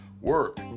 work